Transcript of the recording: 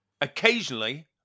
occasionally